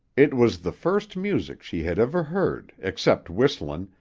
it was the first music she had ever heard, except whistlin',